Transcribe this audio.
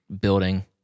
building